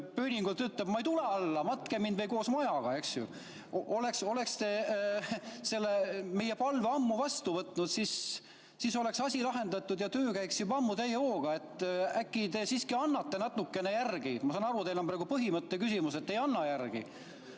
pööningult ütleb: "[Ega] ma ei tule alla. [Te võite matta] koos majaga." Eks ju? Oleks te meie palve vastu võtnud, siis oleks asi lahendatud ja töö käiks juba ammu täie hooga. Äkki te siiski annate natukene järele? Ma saan aru, et teil on praegu põhimõtte küsimus, et te ei anna järele.